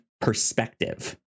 perspective